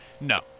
No